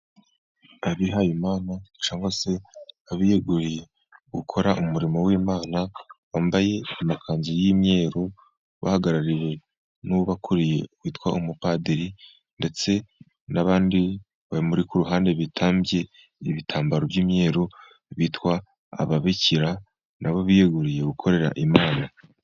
Abihayimana cyangwa se abiyeguriye gukora umurimo w'Imana, bambaye amakanzu y'imyeru uhagarariwe n'ubakuriye witwa umupadiri, ndetse n'abandi bamuri ku ruhande bitambye ibitambaro by'imyeru bitwa ababikira, na bo biyeguriye gukorera Imana.